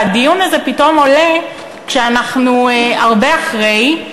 והדיון הזה פתאום עולה כשאנחנו הרבה אחרי,